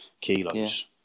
kilos